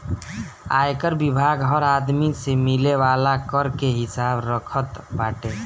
आयकर विभाग हर आदमी से मिले वाला कर के हिसाब रखत बाटे